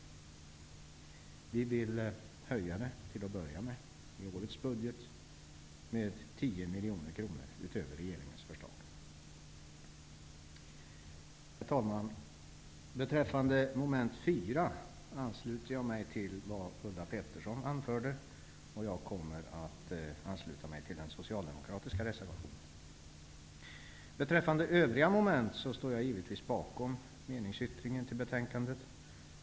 Vi vill att anslaget skall höjas till att börja med i årets budget med 10 miljoner kronor utöver regeringens förslag. Herr talman! Beträffande mom. 4 ansluter jag mig till det som Ulla Pettersson anförde. Jag kommer att ansluta mig till den socialdemokratiska reservationen. Beträffande övriga mom. står jag givetvis bakom den meningsyttring som är fogad till betänkandet.